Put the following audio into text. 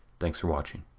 thanks for watching.